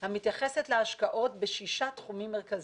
המתייחסת להשקעות בשישה תחומים מרכזיים: